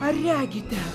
ar regite